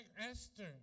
Esther